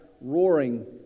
roaring